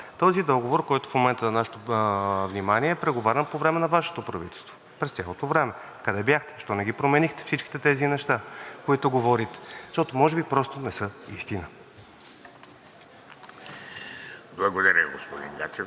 Този договор, който в момента е на нашето внимание, е преговарян по време на Вашето правителство през цялото време. Къде бяхте, защо не ги променихте всичките тези неща, които говорите? Защото може би просто не са истина. ПРЕДСЕДАТЕЛ ВЕЖДИ